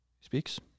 speaks